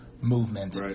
movement